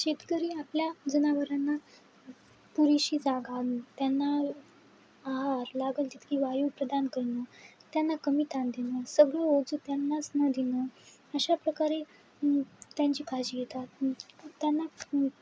शेतकरी आपल्या जनावरांना पुरेशी जागा त्यांना आहार लागंल तितकी वायू प्रदान करणं त्यांना कमी ताण देणं सगळं जू त्यांनाच न देणं अशाप्रकारे त्यांची काळजी येतात त्यांना